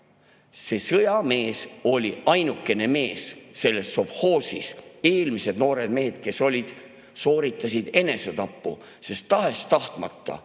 see sõjamees oli ainukene mees selles sovhoosis. Eelmised noored mehed, kes [külas] olid, sooritasid enesetapu. Tahes-tahtmata